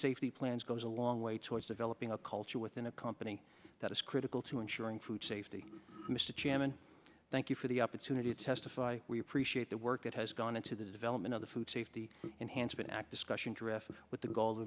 safety plans goes a long way towards developing a culture within a company that is critical to ensuring food safety mr chairman thank you for the opportunity to testify we appreciate the work that has gone into the development of the food safety enhancement act discussion terrific with the go